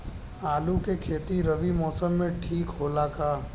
आलू के खेती रबी मौसम में ठीक होला का?